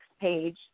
page